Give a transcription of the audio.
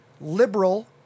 liberal